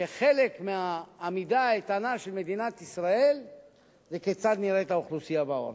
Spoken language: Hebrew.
שחלק מהעמידה האיתנה של מדינת ישראל זה כיצד נראית האוכלוסייה בעורף,